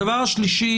הדבר השלישי,